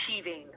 achieving